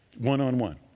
one-on-one